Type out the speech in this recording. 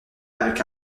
avec